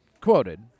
Quoted